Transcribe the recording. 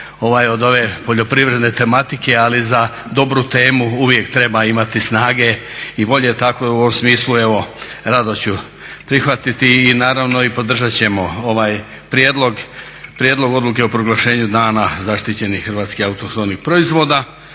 od ove poljoprivredne tematike, ali za dobru temu uvijek treba imati snage i volje, tako u ovom smislu evo rado ću prihvatiti i naravno i podržat ćemo ovaj prijedlog odluke o proglašenju Dana zaštićenih hrvatskih autohtonih proizvoda.